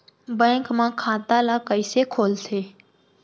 Bank म खाता ल कइसे खोलथे?